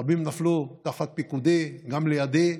רבים נפלו תחת פיקודי, גם לידי,